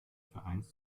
vereins